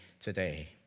today